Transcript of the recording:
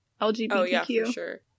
LGBTQ